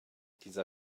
dieser